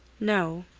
no.